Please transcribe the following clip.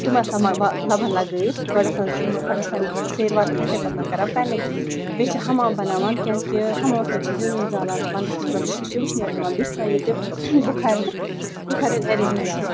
تِمے آسان تِم لَبَن لگٲیِتھ گۄڈٕ آسان یِم گۄڈٕ آسان سیرٕ وار کٲلتھ تَمہِ پَتہٕ کران پیٚنلِنگ بیٚیہِ چھِ ہَمام بَناوان کیازِ کہِ ہَمامَس منٛز چھ زیُن ویُن زالان وَندَس منٛز تہٕ سُہ چھُ وُشنیر دِوان بیٚیہِ چھُ آسان ییٚتہِ بُخارِ تہِ بُخارِ ہُند ایٚرینجمیٚنٹ تہِ